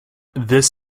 this